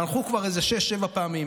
חנכו כבר איזה שש-שבע פעמים.